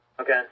Okay